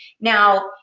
Now